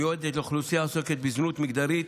המיועדת לאוכלוסייה העוסקת בזנות מגדרית,